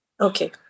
Okay